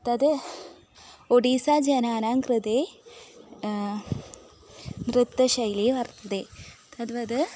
तद् ओडिसा जनानां कृते नृत्यशैली वर्तते तद्वद्